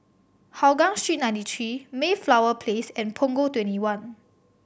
Hougang Street Ninety Three Mayflower Place and Punggol Twenty one